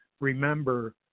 remember